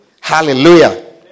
Hallelujah